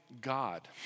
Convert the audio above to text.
God